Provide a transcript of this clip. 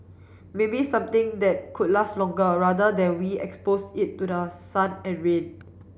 maybe something that could last longer rather than we expose it to the sun and rain